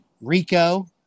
Rico